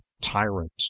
tyrant